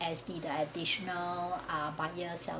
S_D the additional ah buyer sel~